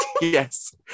yes